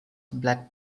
black